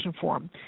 form